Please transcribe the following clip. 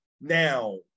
now